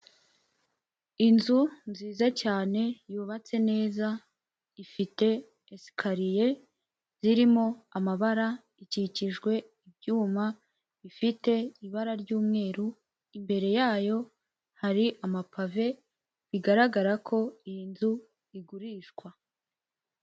Inzu nziza cyane yubatse neza. Ifite esikariye zirimo amabara, ikikijwe ibyuma bifite ibara ry' umweru. Imbere yayo hari amapave bigaragara ko iyi nzu igurishwa.